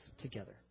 together